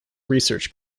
research